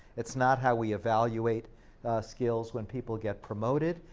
it's not how we evaluate skills when people get promoted.